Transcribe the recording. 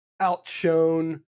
outshone